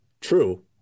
True